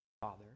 father